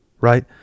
right